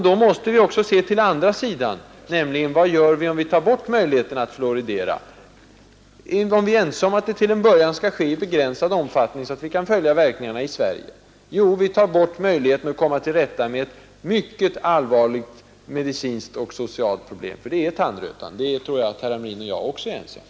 Vi måste också se till den andra sidan och fråga: Vad gör vi, om vi tar bort möjligheten att fluoridera, även om vi är ense om att verksamheten till en början skall ske i begränsad omfattning så att vi kan följa verkningarna i Sverige? Jo, vi tar bort en möjlighet att komma till rätta med ett mycket allvarligt medicinskt och socialt problem. Att tandrötan är ett sådant tror jag att herr Hamrin och jag är ense om.